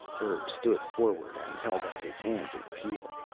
urg stood forward and held out his hands in appeal.